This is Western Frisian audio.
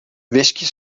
wiskje